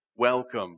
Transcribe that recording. welcome